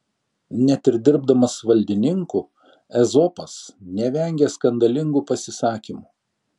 net ir dirbdamas valdininku ezopas nevengia skandalingų pasisakymų